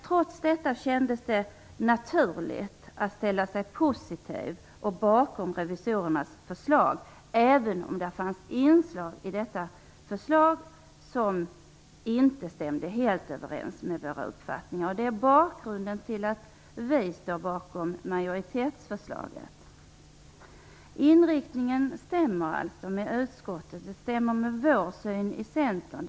Trots detta kändes det naturligt att ställa sig positiv och att ställa sig bakom revisorernas förslag, även om det fanns inslag i detta förslag som inte stämde helt överens med våra uppfattningar. Det är orsaken till att vi står bakom majoritetsförslaget. Inriktningen stämmer med utskottet. Det stämmer med vår syn i Centern.